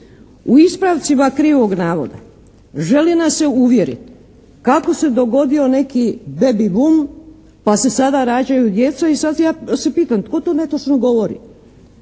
U ispravcima krivog navoda želi nas se uvjeriti kako se dogodio neki "baby boom" pa se sada rađaju djeca i sad ja se pitam, tko to netočno govori.